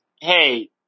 hey